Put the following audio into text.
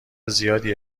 زیادی